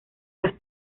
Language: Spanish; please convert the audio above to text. las